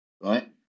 right